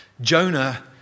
Jonah